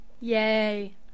Yay